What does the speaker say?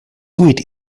sweet